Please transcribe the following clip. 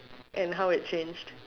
and how it changed